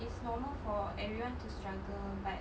it's normal for everyone to struggle but